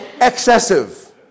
Excessive